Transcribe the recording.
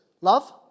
Love